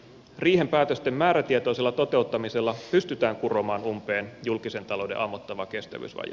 riihen päätösten määrätietoisella toteuttamisella pystytään kuromaan umpeen julkisen talouden ammottava kestävyysvaje